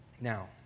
Now